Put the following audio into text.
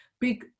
big